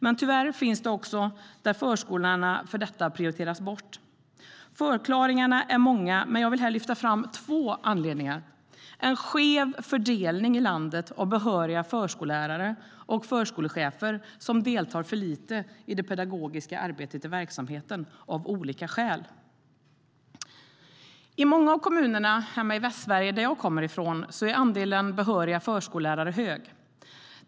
Men tyvärr finns det också förskolor där detta prioriteras bort. Förklaringarna är många, men jag vill här lyfta fram två. Den första är en skev fördelning av behöriga förskollärare och förskolechefer som deltar för lite i det pedagogiska arbetet i verksamheten av olika skäl. I många av kommunerna hemma i Västsverige som jag kommer ifrån är andelen behöriga förskollärare hög.